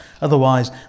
Otherwise